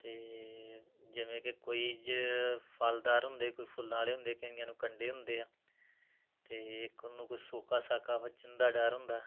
ਅਤੇ ਜਿਵੇਂ ਕਿ ਕੋਈ ਜ ਫ਼ਲਦਾਰ ਹੁੰਦੇ ਕੋਈ ਫੁੱਲਾਂ ਵਾਲੇ ਹੁੰਦੇ ਕਈਆਂ ਕੰਡੇ ਹੁੰਦੇ ਆ ਅਤੇ ਇੱਕ ਉਹਨੂੰ ਕੋਈ ਸੋਕਾ ਸਾਕਾ ਵੱਜਣ ਦਾ ਡਰ ਹੁੰਦਾ